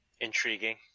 intriguing